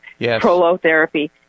prolotherapy